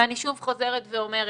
ואני שוב חוזרת ואומרת,